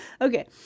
Okay